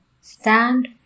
stand